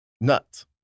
Nuts